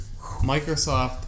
Microsoft